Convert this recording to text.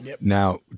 Now